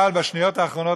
אבל בשניות האחרונות,